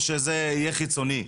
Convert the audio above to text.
או שזה יהיה חיצוני.